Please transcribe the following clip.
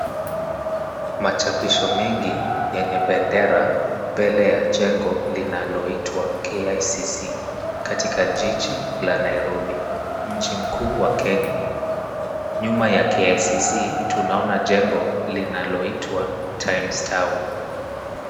Machapisho mengi yenye bendera mbele ya jengo linaloitwa KICC katika jiji la Nairobi, mji mkuu wa Kenya. Nyuma ya KICC tunaona jengo linaloitwa Times Tower.